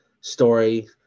story